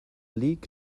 leak